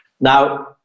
Now